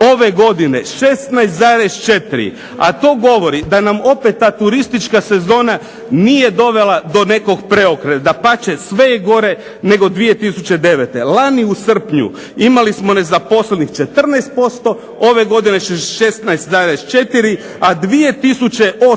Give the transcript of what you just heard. ove godine 16,4, a to govori da nam opet ta turistička sezona nije dovela do nekog preokreta, dapače sve je gore nego 2009. Lani u srpnju imali smo nezaposlenih 14%, ove godine 16,4, a 2008. u